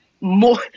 more